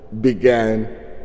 began